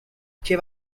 cave